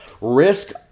Risk